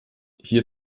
hier